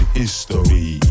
history